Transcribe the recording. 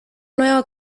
nueva